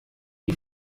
die